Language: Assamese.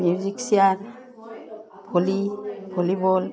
music cheer volley volleyball